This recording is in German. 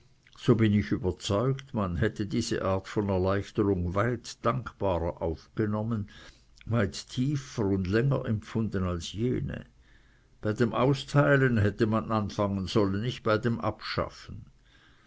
so bin ich überzeugt man hätte diese art von erleichterung weit dankbarer aufgenommen weit tiefer und länger empfunden als jene bei dem austeilen hätte man anfangen sollen nicht bei dem abschaffen